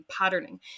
patterning